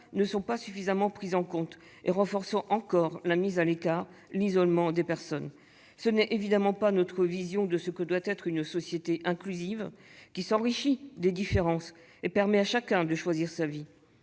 ne sont pas suffisamment prises en compte. Dès lors, la mise à l'écart et l'isolement des personnes seraient encore aggravés. Ce n'est évidemment pas notre vision de ce que doit être une société inclusive, qui s'enrichit des différences et permet à chacun de choisir sa vie.